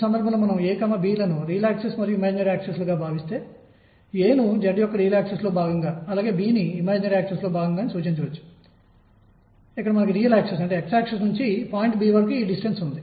ఉష్ణోగ్రత 0 కి చేరుతున్నప్పుడు అవాహకాలఇన్సులేటర్ యొక్క స్పెసిఫిక్ హీట్ విశిష్టోష్ణం 0 కి చేరడానికి గల సరైన వివరణకు ఇది దారితీసింది